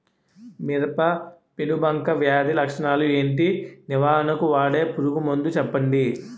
మిరప పెనుబంక వ్యాధి లక్షణాలు ఏంటి? నివారణకు వాడే పురుగు మందు చెప్పండీ?